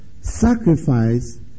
sacrifice